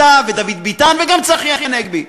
אתה ודוד ביטן וגם צחי הנגבי.